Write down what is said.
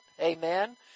Amen